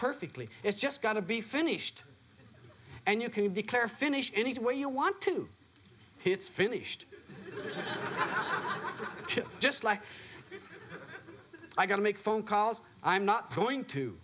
perfectly it's just got to be finished and you can declare finish anywhere you want to hear it's finished just like i got to make phone calls i'm not going to